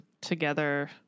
together